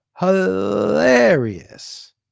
hilarious